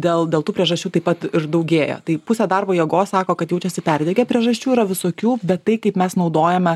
dėl dėl šių priežasčių taip pat ir daugėja tai pusę darbo jėgos sako kad jaučiasi perdegę priežasčių yra visokių bet tai kaip mes naudojame